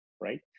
right